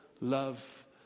love